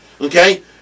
Okay